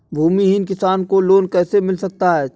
भूमिहीन किसान को लोन कैसे मिल सकता है?